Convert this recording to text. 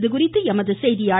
இதுகுறித்து எமது செய்தியாளர்